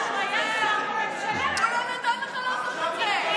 הוא לא נתן לך לעשות את זה.